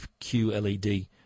QLED